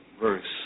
verse